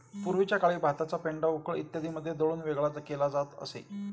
पूर्वीच्या काळी भाताचा पेंढा उखळ इत्यादींमध्ये दळून वेगळा केला जात असे